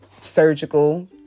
surgical